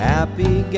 Happy